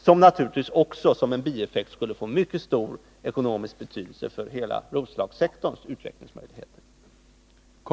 En bieffekt av detta skulle naturligtvis vara att det fick mycket stor ekonomisk betydelse för hela Roslagssektorns utvecklingsmöjligheter.